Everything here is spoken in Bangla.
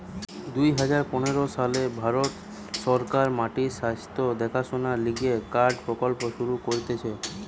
দুই হাজার পনের সালে ভারত সরকার মাটির স্বাস্থ্য দেখাশোনার লিগে কার্ড প্রকল্প শুরু করতিছে